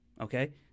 okay